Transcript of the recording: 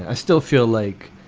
ah still feel like